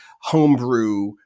homebrew